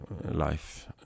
life